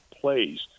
plays